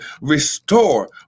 restore